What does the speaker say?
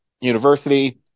university